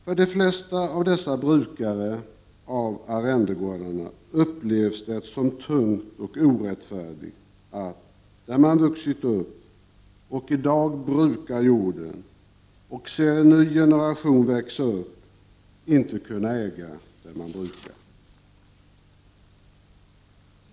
För de flesta av dessa brukare av arrendegårdarna upplevs det som tungt och orättfärdigt att på den plats där man vuxit upp och i dag brukar jorden — och ser en ny generation växa upp — inte kunna äga det man brukar.